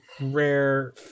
rare